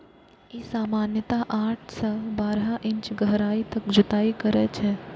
ई सामान्यतः आठ सं बारह इंच गहराइ तक जुताइ करै छै